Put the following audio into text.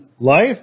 Life